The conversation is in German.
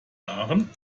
aachen